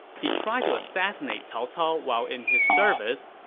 he tried to assassinate cao cao while in his service.